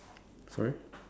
sorry